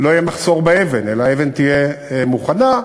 לא יהיה מחסור באבן אלא האבן תהיה מוכנה.